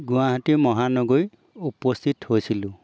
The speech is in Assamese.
গুৱাহাটী মহানগৰী উপস্থিত হৈছিলোঁ